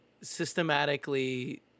systematically